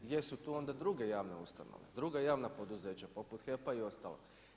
Gdje su tu onda druge javne ustanove, druga javna poduzeća poput HEP-a i ostalo?